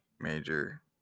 major